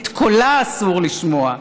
את קולה אסור לשמוע.